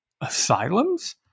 asylums